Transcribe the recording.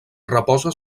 reposa